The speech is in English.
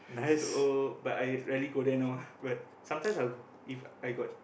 so but I rarely go there now ah but sometimes I will go if I got